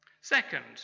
Second